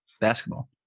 basketball